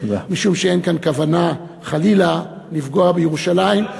משום שאין כאן כוונה חלילה לפגוע בירושלים,